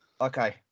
Okay